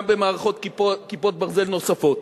גם במערכות "כיפת ברזל" נוספות.